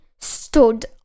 stood